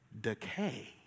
decay